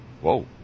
Whoa